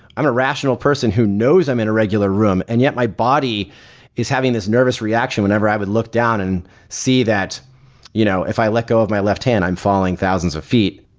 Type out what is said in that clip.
i'm a rational person who knows i'm in a regular room and yet my body is having his nervous reaction whenever i would look down and see that you know if i let go of my left hand, i'm falling thousands of feet.